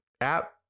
app